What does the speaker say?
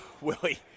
Willie